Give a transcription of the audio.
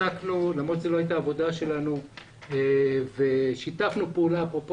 ולמרות שזאת לא הייתה עבודה שלנו שיתפנו פעולה אפרופו